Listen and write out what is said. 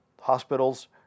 Hospitals